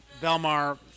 Belmar